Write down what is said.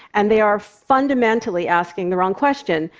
and they are fundamentally asking the wrong question,